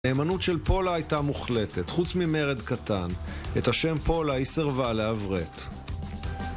הנאמנות של פולה הייתה מוחלטת. חוץ ממרד קטן, את השם פולה היא סרבה לעברת.